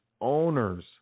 owner's